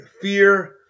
fear